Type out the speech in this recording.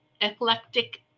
eclectic